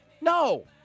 No